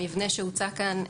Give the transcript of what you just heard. המבנה שהוצע כאן,